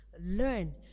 learn